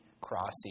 crossing